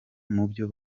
mubyo